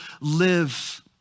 live